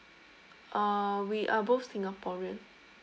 uh we are both singaporean